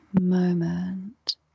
moment